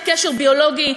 יש לה קשר ביולוגי,